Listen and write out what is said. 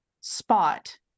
spot